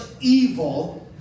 evil